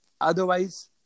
Otherwise